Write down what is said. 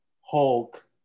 Hulk